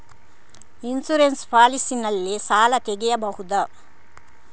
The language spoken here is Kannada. ಇನ್ಸೂರೆನ್ಸ್ ಪಾಲಿಸಿ ನಲ್ಲಿ ಸಾಲ ತೆಗೆಯಬಹುದ?